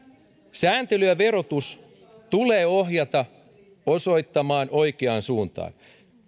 sääntely ja verotus tulee ohjata osoittamaan oikeaan suuntaan